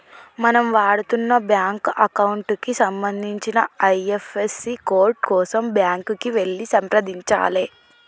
మనం వాడుతున్న bank account కి సంబంధించిన ఐ.ఎఫ్.ఎస్.సి కోడ్ కోసం బ్యాంకుకి వెళ్లి సంప్రదించాలే